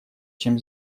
чем